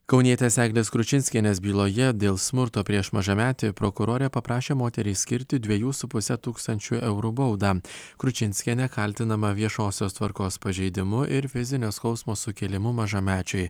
kaunietės eglės kručinskienės byloje dėl smurto prieš mažametį prokurorė paprašė moteriai skirti dvejų su puse tūkstančių eurų baudą kručinskienė kaltinama viešosios tvarkos pažeidimu ir fizinio skausmo sukėlimu mažamečiui